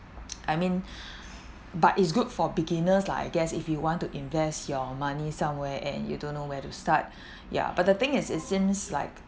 I mean but it's good for beginners lah I guess if you want to invest your money somewhere and you don't know where to start ya but the thing is it seems like